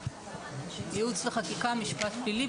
ייעוץ וחקיקה משפט פלילי,